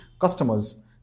customers